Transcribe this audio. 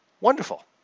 Wonderful